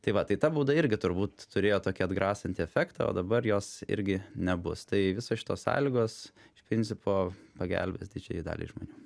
tai va tai ta bauda irgi turbūt turėjo tokį atgrasantį efektą o dabar jos irgi nebus tai visos šitos sąlygos iš principo pagelbės didžiajai daliai žmonių